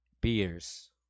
beers